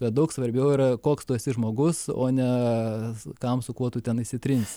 bet daug svarbiau yra koks tu esi žmogus o ne kam su kuo tu ten įsitrinsi